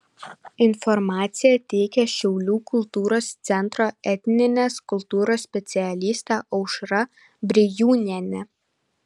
informaciją teikia šiaulių kultūros centro etninės kultūros specialistė aušra brijūnienė